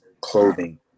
clothing